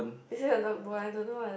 is it her notebook I don't know ah